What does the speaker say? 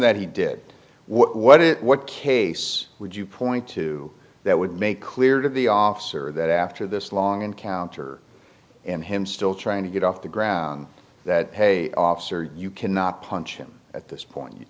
that he did what it what case would you point to that would make clear to the officer that after this long encounter and him still trying to get off the ground that hey officer you cannot punch him at this point